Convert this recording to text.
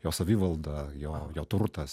jo savivalda jo jo turtas